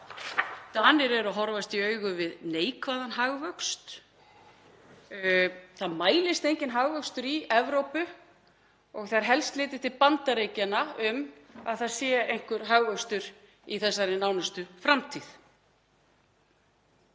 Danir eru að horfast í augu við neikvæðan hagvöxt. Það mælist enginn hagvöxtur í Evrópu og það er helst litið til Bandaríkjanna eftir einhverjum hagvexti í nánustu framtíð.